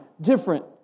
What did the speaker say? different